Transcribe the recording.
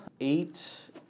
Eight